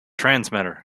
transmitter